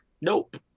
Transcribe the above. nope